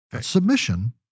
submission